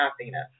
happiness